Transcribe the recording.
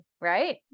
right